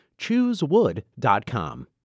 Choosewood.com